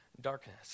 darkness